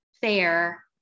fair